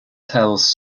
tells